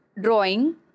drawing